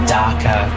darker